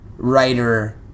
Writer